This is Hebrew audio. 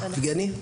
יבגני.